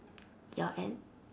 ya and